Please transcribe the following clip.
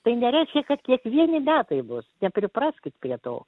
tai nereiškia kad kiekvieni metai bus nepripraskit prie to